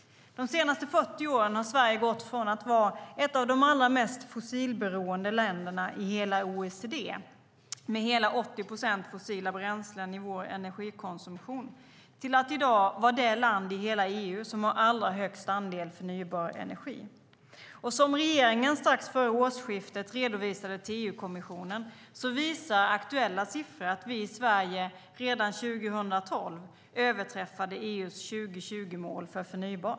De senaste 40 åren har Sverige gått från ett av de mest fossilberoende länderna i hela OECD, med hela 80 procent fossila bränslen i vår energikonsumtion, till att i dag vara det land i hela EU som har allra högst andel förnybar energi. Och som regeringen strax före årsskiftet redovisade till EU-kommissionen visar aktuella siffror att vi i Sverige redan 2012 överträffade EU:s 2020-mål för förnybart.